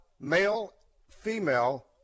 male-female